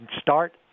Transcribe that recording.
start